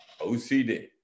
OCD